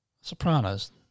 Sopranos